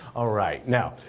all right. now,